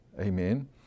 Amen